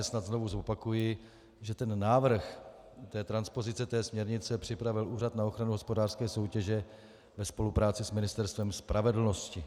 Snad znovu zopakuji, že ten návrh transpozice té směrnice připravil Úřad na ochranu hospodářské soutěže ve spolupráci s Ministerstvem spravedlnosti.